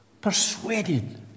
Persuaded